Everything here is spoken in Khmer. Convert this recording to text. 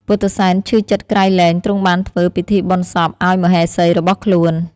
ពុទ្ធិសែនឈឺចិត្តក្រៃលែងទ្រង់បានធ្វើពិធីបុណ្យសពឲ្យមហេសីរបស់ខ្លួន។